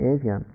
Asia